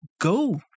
Go